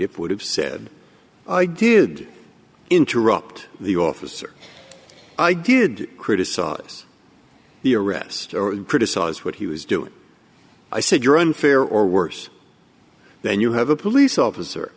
ff would have said i did interrupt the officer i did criticize he arrest or criticize what he was doing i said you're unfair or worse then you have a police officer